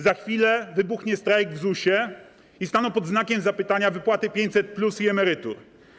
Za chwilę wybuchnie strajk w ZUS-ie i staną pod znakiem zapytania wypłaty 500+ i emerytur.